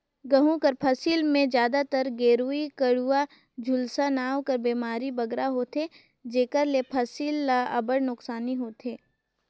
गहूँ कर फसिल में जादातर गेरूई, कंडुवा, झुलसा नांव कर बेमारी बगरा होथे जेकर ले फसिल ल अब्बड़ नोसकानी होथे